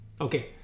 Okay